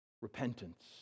repentance